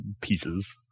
pieces